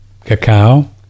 cacao